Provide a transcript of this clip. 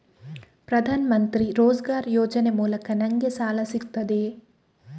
ಪ್ರದಾನ್ ಮಂತ್ರಿ ರೋಜ್ಗರ್ ಯೋಜನೆ ಮೂಲಕ ನನ್ಗೆ ಸಾಲ ಸಿಗುತ್ತದೆಯೇ?